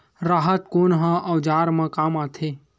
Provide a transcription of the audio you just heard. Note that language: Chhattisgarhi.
राहत कोन ह औजार मा काम आथे?